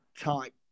type